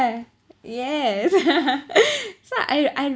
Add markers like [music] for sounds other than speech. yes [laughs] so I I